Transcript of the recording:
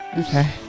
Okay